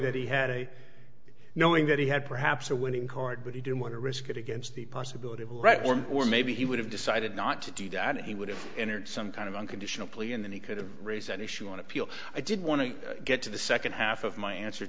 that he had a knowing that he had perhaps a winning card but he didn't want to risk it against the possibility of a right for him or maybe he would have decided not to do that he would have entered some kind of unconditional plea and he could raise an issue on appeal i did want to get to the second half of my answer